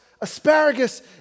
Asparagus